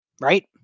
right